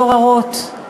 דורה רוט,